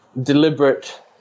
deliberate